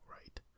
right